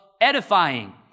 edifying